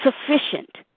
sufficient